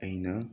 ꯑꯩꯅ